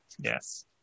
Yes